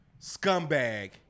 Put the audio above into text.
scumbag